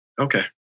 Okay